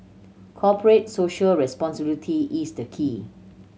Corporate Social Responsibility is the key